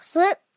Slip